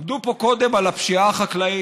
עמדו פה קודם על הפשיעה החקלאית.